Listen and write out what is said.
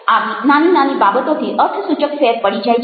આવી નાની નાની બાબતોથી અર્થસૂચક ફેર પડી જાય છે